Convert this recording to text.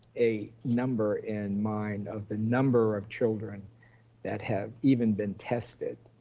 a number in mind of the number of children that have even been tested,